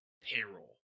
payroll